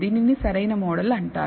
దీనిని సరైన మోడల్ అంటారు